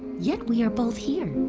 yet we are both here